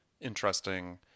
interesting